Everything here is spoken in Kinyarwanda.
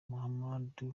mahmoud